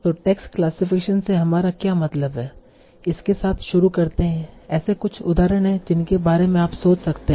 तो text classification से हमारा क्या मतलब है इसके साथ शुरू करते है ऐसे कुछ उदाहरण हैं जिनके बारे में आप सोच सकते हैं